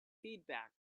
feedback